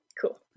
Cool